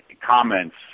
Comments